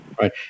Right